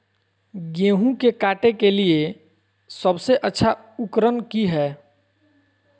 गेहूं के काटे के लिए सबसे अच्छा उकरन की है?